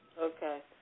Okay